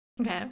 Okay